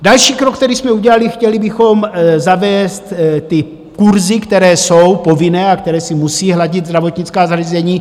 Další krok, který jsme udělali, chtěli bychom zavést kurzy, které jsou povinné a které si musí hradit zdravotnická zařízení.